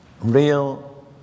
real